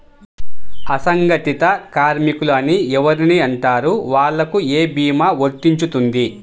అసంగటిత కార్మికులు అని ఎవరిని అంటారు? వాళ్లకు ఏ భీమా వర్తించుతుంది?